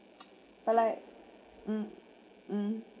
but like mm mm